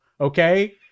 okay